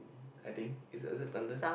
I think is is it thunder